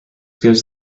gives